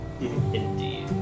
Indeed